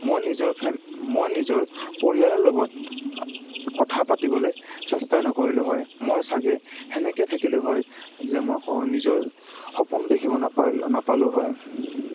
মই নিজৰ ফেম মই নিজৰ পৰিয়ালৰ লগত কথা পাতিবলে চেষ্টাই নকৰিলো হয় মই চাগে সেনেকে থাকিলোঁ হয় যে মই নিজৰ সপোন দেখিব নাপালোঁ নাপালোঁ হয়